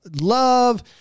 love